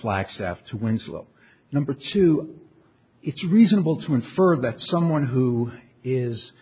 flagstaff to winslow number two it's reasonable to infer that someone who is